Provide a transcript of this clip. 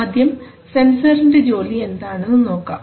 ആദ്യം സെൻസർൻറെ ജോലി എന്താണെന്ന് നോക്കാം